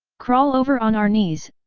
crawl over on our knees,